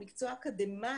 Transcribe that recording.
הוא מקצוע אקדמאי.